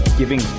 giving